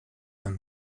and